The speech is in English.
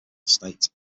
state